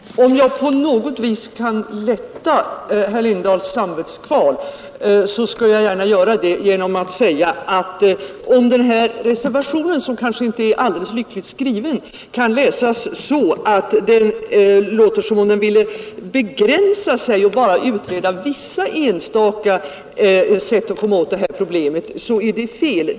Herr talman! Om det på något sätt kan lindra herr Lindahls samvetskval skall jag gärna säga att ifall man tror att reservationen, som kanske inte är så alldeles lyckligt formulerad, kan läsas som om vi bara ville ha en begränsad utredning av vissa, enstaka sätt att lösa problemet, så är det fel.